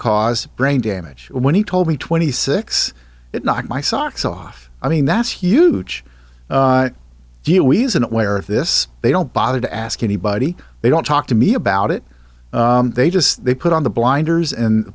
cause brain damage when he told me twenty six it knocked my socks off i mean that's huge you always and where this they don't bother to ask anybody they don't talk to me about it they just they put on the blinders and